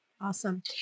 Awesome